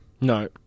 No